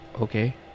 Okay